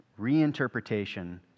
reinterpretation